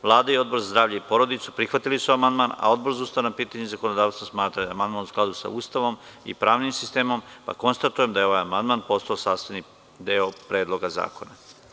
Vlada i Odbor za zdravlje i porodicu, prihvatili su amandman, a Odbor za ustavna pitanja i zakonodavstvo smatra da je amandman u skladu sa Ustavom i pravnim sistemom, pa konstatujem da je ovaj amandman postao sastavni deo predloga zakona.